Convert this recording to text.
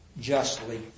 justly